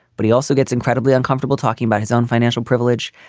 but he also gets incredibly uncomfortable talking about his own financial privilege.